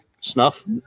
Snuff